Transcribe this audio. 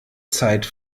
zeit